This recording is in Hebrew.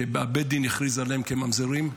בית הדין הכריז עליהם כממזרים,